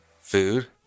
Food